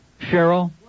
Cheryl